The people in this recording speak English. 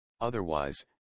Otherwise